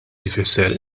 jfisser